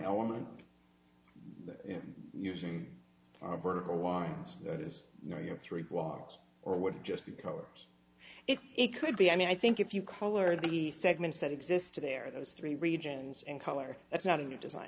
element you know using our vertical lines that is you know you have three walls or would just be covert it could be i mean i think if you color the segments that existed there those three regions and color that's not a new